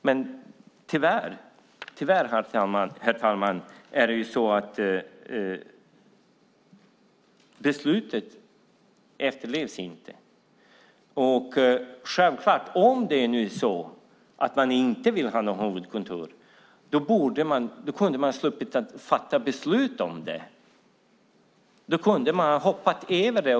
Herr talman! Tyvärr efterlevs inte beslutet. Om det nu är så att man inte vill ha något huvudkontor borde man inte ha fattat beslut om det. Man kunde ha hoppat över det.